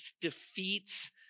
defeats